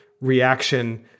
reaction